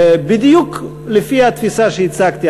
בדיוק לפי התפיסה שהצגתי.